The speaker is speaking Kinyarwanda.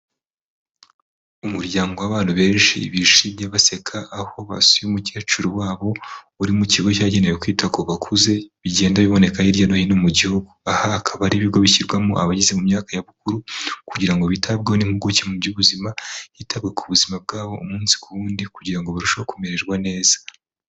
Umuryango w'abantu benshi bishimye baseka, aho basuye umukecuru wabo uri mu kigo cyagenewe kwita ku bakuze, bigenda biboneka hirya no hino mu gihugu, aha akaba ari ibigo bishyirwamo abageze mu myaka y'ubukuru kugira ngo bitabwe n'impuguke mu by'ubuzima hitabwa ku buzima bwabo umunsi ku wundi kugira ngo barusheho kumererwa neza.